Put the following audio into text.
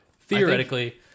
theoretically